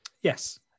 Yes